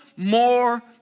More